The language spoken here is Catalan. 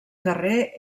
carrer